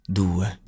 due